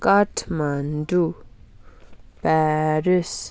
Kathmandu Paris